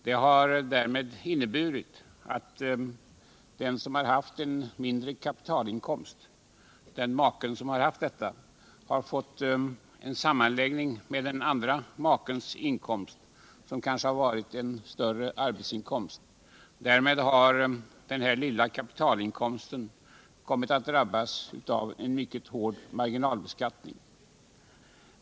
Detta har inneburit att den som haft en mindre kapitalinkomst har fått sammanläggning med den andra makens inkomst, som kanske bestått i en större arbetsinkomst. Därmed har den lilla kapitalinkomsten kommit att drabbas av en mycket hård marginalbeskattning.